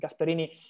Gasperini